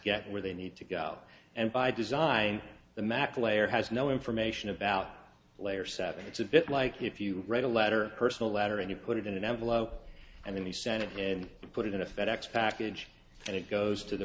get where they need to go and by design the mac layer has no information about layer seven it's a bit like if you write a letter personal letter and you put it in an envelope and in the senate and you put it in a fed ex package and it goes to the